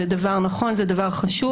זה דבר נכון וחשוב,